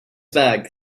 bag